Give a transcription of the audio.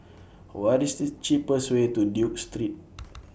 What IS The cheapest Way to Duke Street